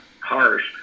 harsh